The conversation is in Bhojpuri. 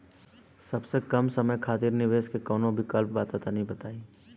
सबसे कम समय खातिर निवेश के कौनो विकल्प बा त तनि बताई?